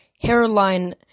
Hairline